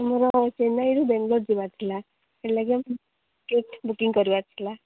ଆମର ଚେନ୍ନାଇରୁ ବେଙ୍ଗାଲୁରୁ ଯିବାର ଥିଲା ସେଥିଲାଗି ବୁକିଂ କରିବାର ଥିଲା